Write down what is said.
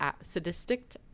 sadistic